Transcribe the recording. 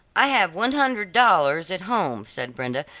i have one hundred dollars at home, said brenda,